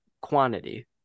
quantity